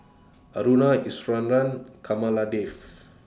Aruna Iswaran Kamaladevi